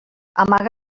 amaga